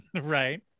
right